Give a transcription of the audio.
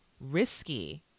risky